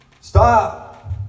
Stop